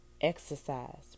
Exercise